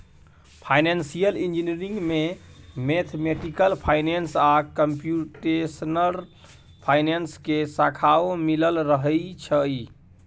financial engineering में mathematical finance आ computational finance के शाखाओं मिलल रहइ छइ